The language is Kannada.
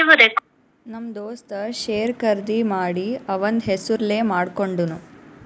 ನಮ್ ದೋಸ್ತ ಶೇರ್ ಖರ್ದಿ ಮಾಡಿ ಅವಂದ್ ಹೆಸುರ್ಲೇ ಮಾಡ್ಕೊಂಡುನ್